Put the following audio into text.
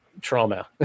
trauma